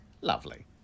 Lovely